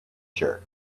jerk